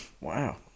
Wow